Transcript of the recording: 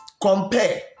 Compare